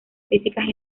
físicas